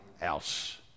else